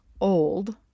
old